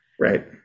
Right